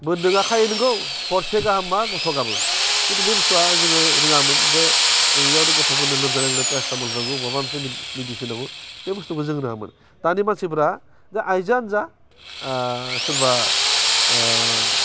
बोदोंया खायो नोंगौ हरसे गाहाम मा गथ'आ गाबो खिन्थु बे बुस्थुआ जोङो रोङामोन जे जों एयावनो गथ'फोरनि लोमजानाय फेरास्तामुल नांगौ माबा मोनसे मिदिसिन बे बुस्थुखौ जों रोङामोन दानि मानसिफ्रा आयजोआनो जा सोरबा